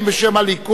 בשם הליכוד,